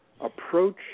approach